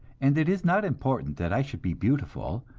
and it is not important that i should be beautiful,